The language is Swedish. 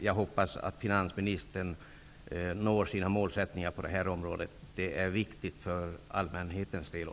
Jag hoppas att finansministern når sina mål på det här området. Det är viktigt för allmänheten också.